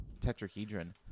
tetrahedron